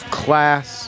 class